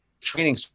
training